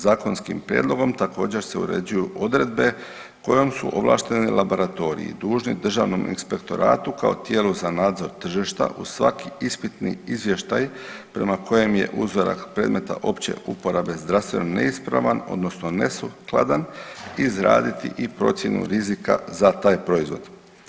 Zakonskim prijedlogom također se uređuju odredbe kojom su ovlašteni laboratoriji dužni državnom inspektoratu kao tijelu za nadzor tržišta uz svaki ispitni izvještaj prema kojem je uzorak predmeta opće uporabe zdravstveno neispravan odnosno nesukladan izraditi i procjenu rizika za taj proizvod.